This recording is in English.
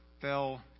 fell